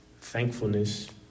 Thankfulness